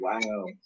wow